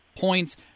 points